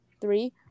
Three